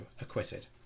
acquitted